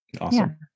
Awesome